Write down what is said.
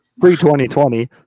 Pre-2020